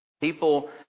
people